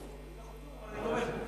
אני לא חתום, אבל אני תומך בו.